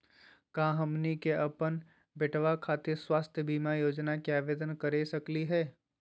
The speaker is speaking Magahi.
का हमनी के अपन बेटवा खातिर स्वास्थ्य बीमा योजना के आवेदन करे सकली हे?